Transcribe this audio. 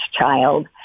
child